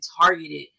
targeted